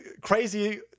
crazy